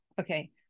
okay